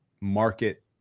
market